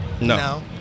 No